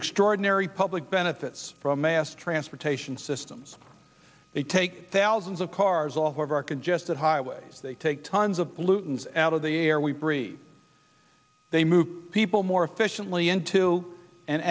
extraordinary public benefits from mass transportation systems they take thousands of cars off of our congested highways they take tons of pollutants out of the air we breathe they move people more efficiently into and